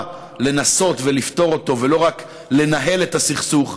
לנסות ולפתור אותו ולא רק לנהל את הסכסוך,